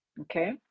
okay